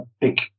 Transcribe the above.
big